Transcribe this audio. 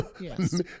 Yes